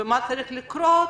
ומה צריך לקרות